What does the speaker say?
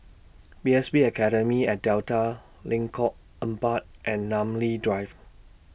P S B Academy At Delta Lengkok Empat and Namly Drive